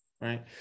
Right